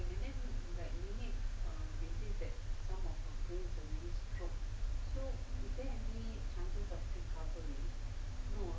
if means that you need to do